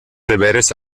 deberes